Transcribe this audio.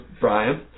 Brian